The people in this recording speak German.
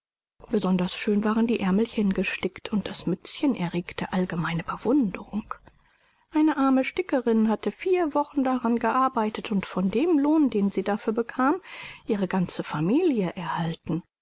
besonders schön waren die aermelchen gestickt und das mützchen erregte allgemeine bewunderung eine arme stickerin hatte vier wochen daran gearbeitet und von dem lohn den sie dafür bekam ihre ganze familie erhalten